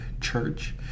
church